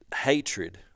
Hatred